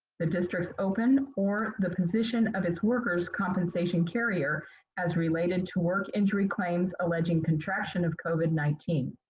the district's open or the position of its worker's compensation carrier as related to work injury claims alleging contraction of covid nineteen.